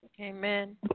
Amen